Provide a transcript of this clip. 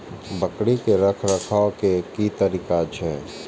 बकरी के रखरखाव के कि तरीका छै?